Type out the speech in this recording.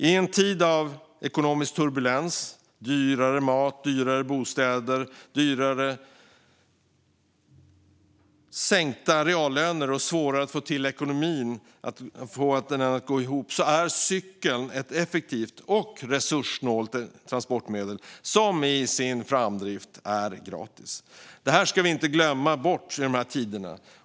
I en tid av ekonomisk turbulens, dyrare mat, dyrare bostäder och sänkta reallöner och då människor har svårare att få ekonomin att gå ihop är cykeln ett effektivt och resurssnålt transportmedel som i sin framdrift är gratis. Det ska vi inte glömma bort i dessa tider.